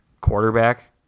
quarterback